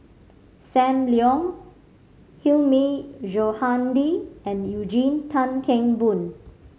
Sam Leong Hilmi Johandi and Eugene Tan Kheng Boon